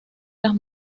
las